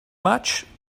much